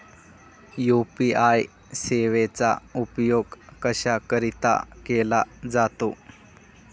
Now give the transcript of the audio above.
UPI सेवेचा उपयोग कशाकरीता केला जातो?